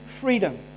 freedom